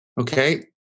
Okay